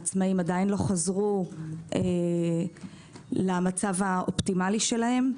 העצמאיים עדיין לא חזרו למצב האופטימלי שלהם.